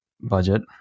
budget